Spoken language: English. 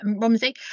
Romsey